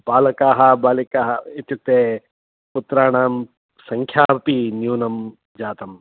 बालकाः बालिकाः इत्युक्ते पुत्राणां सङ्ख्या अपि न्यूनं जातम्